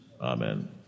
Amen